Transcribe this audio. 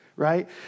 Right